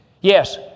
Yes